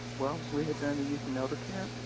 well, we had done the youth and elder camp.